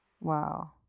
Wow